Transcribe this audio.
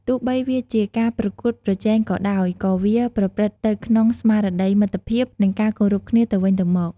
ទោះបីវាជាការប្រកួតប្រជែងក៏ដោយ ក៏វាប្រព្រឹត្តទៅក្នុងស្មារតីមិត្តភាព និងការគោរពគ្នាទៅវិញទៅមក។